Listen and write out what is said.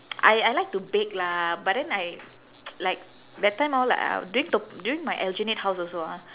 I I like to bake lah but then I like that time hor like I during t~ during my aljunied house also ah